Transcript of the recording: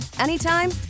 anytime